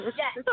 yes